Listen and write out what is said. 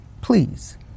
please